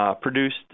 produced